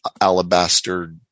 alabaster